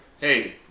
hey